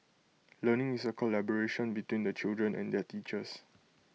learning is A collaboration between the children and their teachers